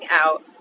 out